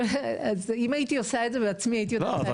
אז אם הייתי עושה את זה בעצמי הייתי יודעת להגיד.